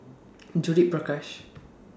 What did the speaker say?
Judith Prakash